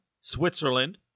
Switzerland